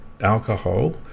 alcohol